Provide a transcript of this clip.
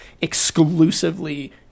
exclusively